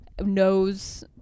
knows